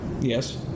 Yes